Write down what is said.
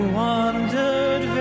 wandered